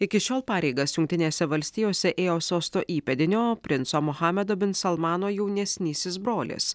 iki šiol pareigas jungtinėse valstijose ėjo sosto įpėdinio princo muhamedo binsalmano jaunesnysis brolis